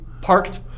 parked